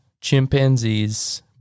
chimpanzees